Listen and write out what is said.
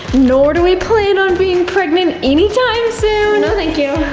nor do we plan on being pregnant anytime soon. no thank you.